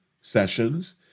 sessions